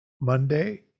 Monday